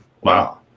Wow